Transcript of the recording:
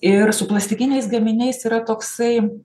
ir su plastikiniais gaminiais yra toksai